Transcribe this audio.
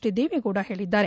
D Deve Gowda ಹೇಳಿದ್ದಾರೆ